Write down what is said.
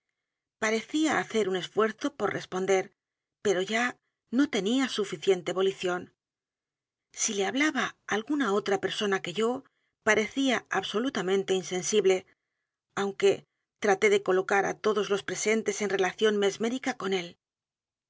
parecía haeer un esfuerzo por responder pero ya no tenía suficiente volición sí le hablaba alguna otra persona que yo parecía absolutamente insensible aunque t r a t é de colocar á todos los presentes én relación mesmérica con él